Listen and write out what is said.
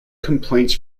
complaints